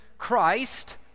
Christ